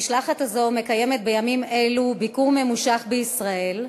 המשלחת הזו מקיימת בימים אלו ביקור ממושך בישראל,